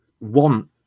want